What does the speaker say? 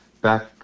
back